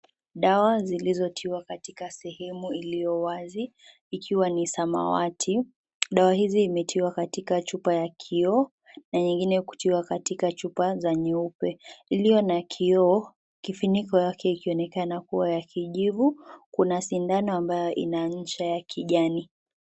Dawa zilizotiwa katika sehemu iliyo wazi, ikiwa ni samawati. Dawa hizi zimetiwa katika chupa ya kioo na nyingine kutiwa katika chupa ya nyeupe iliyona kioo kifuniko yake ikionekana kuwa ya kijivu, kuna sindano ambayo ina ncha ya kijani.